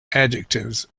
adjectives